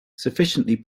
sufficiently